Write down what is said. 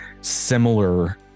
similar